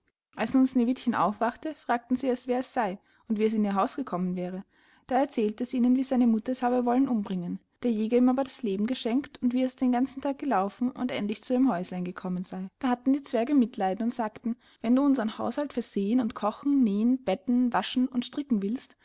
als nun sneewittchen aufwachte fragten sie es wer es sey und wie es in ihr haus gekommen wäre da erzählte es ihnen wie seine mutter es habe wollen umbringen der jäger ihm aber das leben geschenkt und wie es den ganzen tag gelaufen und endlich zu ihrem häuslein gekommen sey da hatten die zwerge mitleiden und sagten wenn du unsern haushalt versehen und kochen nähen betten waschen und stricken willst